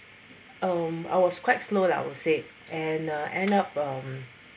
um I was quite slow lah I would say and uh end up um